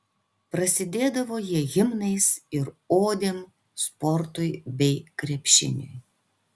prasidėdavo jie himnais ir odėm sportui bei krepšiniui